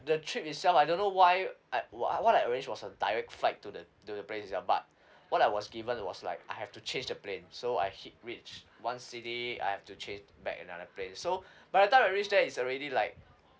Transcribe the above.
the trip itself I don't know why I what what I arranged was a direct flight to the to the place itself but what I was given was like I have to change the plane so I hi~ reach one city I have to change back another plane so by the time I reach there is already like